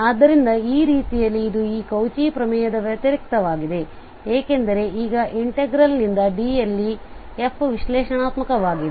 ಆದ್ದರಿಂದ ಆ ರೀತಿಯಲ್ಲಿ ಇದು ಈ ಕೌಚಿ ಪ್ರಮೇಯದ ವ್ಯತಿರಿಕ್ತವಾಗಿದೆ ಏಕೆಂದರೆ ಈಗ ಇಂಟೆಗ್ರಲ್ನಿಂದ D ಯಲ್ಲಿ f ವಿಶ್ಲೇಷಣಾತ್ಮಕವಾಗಿದೆ